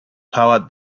power